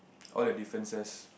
all the differences